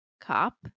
cop